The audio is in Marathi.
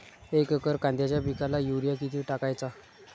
एक एकर कांद्याच्या पिकाला युरिया किती टाकायचा?